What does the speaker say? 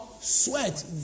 sweat